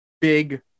big